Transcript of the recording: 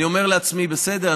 אני אומר לעצמי: בסדר,